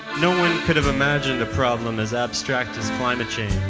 no one could have imagined a problem as abstract as climate change.